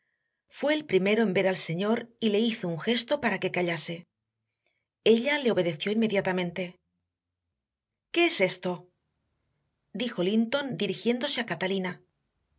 fue el primero en ver al señor y le hizo un gesto para que callase ella le obedeció inmediatamente qué es esto dijo linton dirigiéndose a catalina